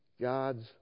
God's